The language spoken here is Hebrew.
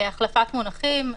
החלפת מונחים.